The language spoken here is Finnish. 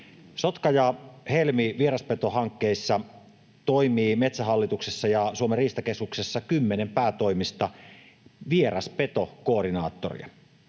Sotka- ja Helmi-vieraspetohankkeissa toimii Metsähallituksessa ja Suomen riistakeskuksessa kymmenen päätoimista vieraspetokoordinaattoria.